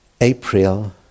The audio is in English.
April